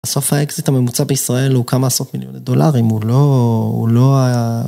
‫הסוף האקסיט הממוצע בישראל ‫הוא כמה עשות מיליוני דולרים, הוא לא...